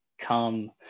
come